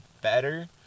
better